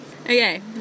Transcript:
Okay